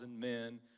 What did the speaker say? men